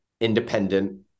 independent